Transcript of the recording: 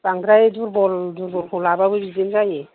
बांद्राय दुरबल दुरबलखौ लाबाबो बिदिनो जायो